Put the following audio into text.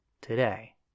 today